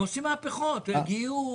הם עושים מהפכות, גיור.